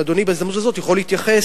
אם אדוני בהזדמנות הזאת יכול להתייחס